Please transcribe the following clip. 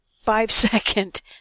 five-second